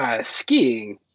Skiing